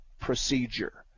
procedure